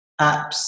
apps